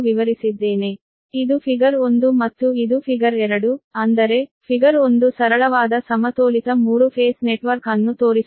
ಇದು ಫಿಗರ್ 1 ಮತ್ತು ಇದು ಫಿಗರ್ 2 ಅಂದರೆ ಫಿಗರ್ 1 ಸರಳವಾದ ಸಮತೋಲಿತ 3 ಫೇಸ್ ನೆಟ್ವರ್ಕ್ ಅನ್ನು ತೋರಿಸುತ್ತದೆ